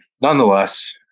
nonetheless